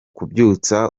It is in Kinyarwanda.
kubyutsa